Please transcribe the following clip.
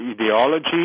ideology